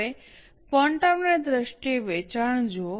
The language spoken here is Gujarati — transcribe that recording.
હવે ક્વોન્ટમ ની દ્રષ્ટિએ વેચાણને જુઓ